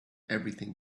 everything